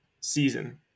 season